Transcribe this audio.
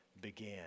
began